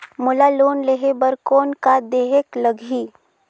मोला लोन लेहे बर कौन का देहेक लगही?